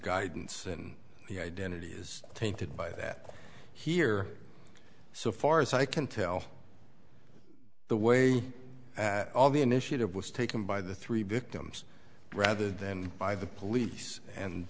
guidance and the identity is tainted by that here so far as i can tell the way all the initiative was taken by the three victims rather than by the police and